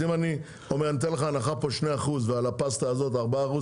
אז אם אני אומר אני אתן לך הנחה פה 2% ועל הפסטה הזאת 4%,